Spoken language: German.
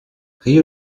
rio